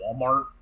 Walmart